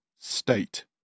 state